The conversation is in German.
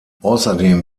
außerdem